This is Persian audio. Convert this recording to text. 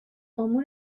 امور